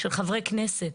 של חברי כנסת.